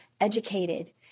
educated